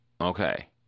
Okay